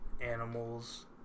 Animals